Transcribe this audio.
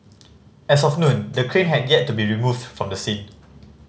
as of noon the crane had yet to be removed from the scene